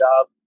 job